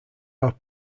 are